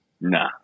Nah